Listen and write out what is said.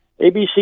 ABC